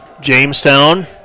Jamestown